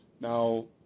Now